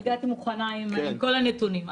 הגעתי מוכנה עם כל הנתונים.